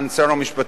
שר המשפטים,